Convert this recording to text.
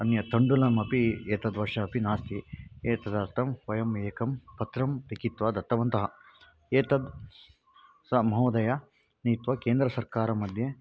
अन्यत् तण्डुलम् अपि एतद्वर्षे अपि नास्ति एतदर्थं वयम् एकं पत्रं लिखित्वा दत्तवन्तः एतद् सा महोदयः नीत्वा केन्द्रसर्कारमध्ये